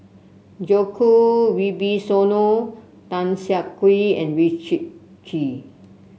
Djoko Wibisono Tan Siah Kwee and Richard Kee